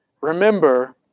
remember